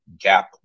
gap